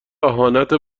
اهانت